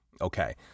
Okay